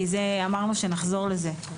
אמרנו שנחזור לזה.